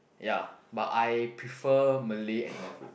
ya but I prefer Malay and Indian food